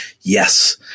yes